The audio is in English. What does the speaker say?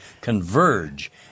converge